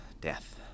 death